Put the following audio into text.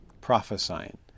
prophesying